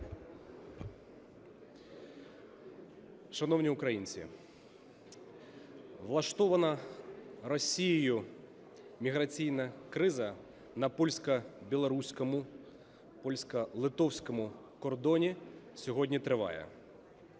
Шановні українці, влаштована Росією міграційна криза на польсько-білоруському, польсько-литовському кордоні сьогодні триває.